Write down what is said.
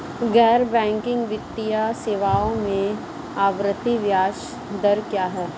गैर बैंकिंग वित्तीय सेवाओं में आवर्ती ब्याज दर क्या है?